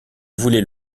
voulait